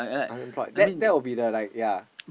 unemployed that that will be the like ya